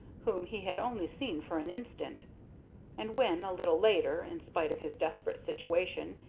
whom he had only seen for an instant and when, a little later, in spite of his desperate situation,